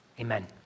Amen